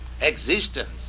existence